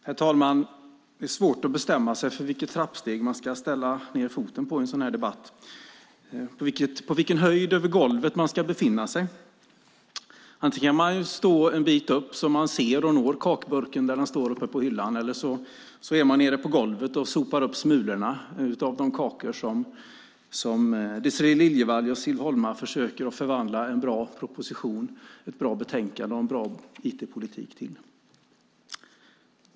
Herr talman! Det är svårt att bestämma sig på vilket trappsteg man ska sätta ned foten i en sådan här debatt, på vilken höjd över golvet man ska befinna sig. Antingen kan man stå en bit upp så att man ser och når kakburken där den står uppe på hyllan, eller så är man nere på golvet och sopar upp smulorna av de kakor som Désirée Liljevall och Siv Holma försöker förvandla en bra proposition, ett bra betänkande och en bra IT-politik till.